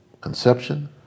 conception